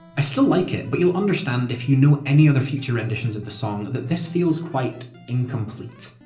i still like it, but you'll understand if you know any other future renditions of the song, that this feels quite incomplete.